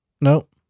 Nope